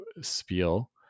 Spiel